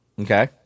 Okay